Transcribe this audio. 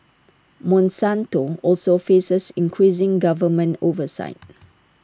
monsanto also faces increasing government oversight